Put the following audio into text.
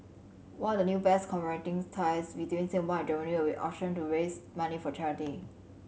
one of the new bears commemorating ties between Singapore and Germany will be auctioned to raise money for charity